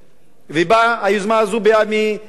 ובאה היוזמה הזאת מטעם מי?